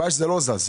הבעיה שזה לא זז.